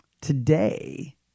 Today